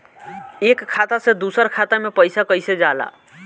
एक खाता से दूसर खाता मे पैसा कईसे जाला?